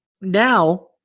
now